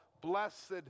blessed